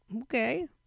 Okay